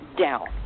down